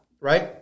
right